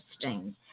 interesting